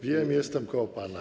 Wiem, jestem koło pana.